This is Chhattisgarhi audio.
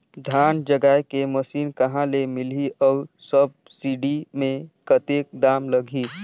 धान जगाय के मशीन कहा ले मिलही अउ सब्सिडी मे कतेक दाम लगही?